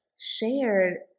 shared